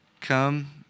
come